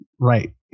Right